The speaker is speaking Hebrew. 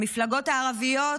המפלגות הערביות,